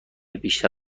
بیشتر